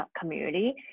community